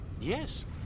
Yes